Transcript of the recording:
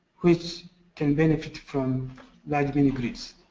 which can benefit from large grids.